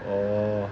orh